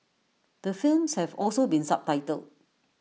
the films have also been subtitled